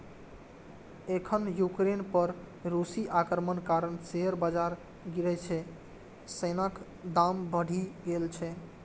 एखन यूक्रेन पर रूसी आक्रमणक कारण शेयर बाजार गिरै सं सोनाक दाम बढ़ि गेल छै